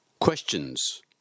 Questions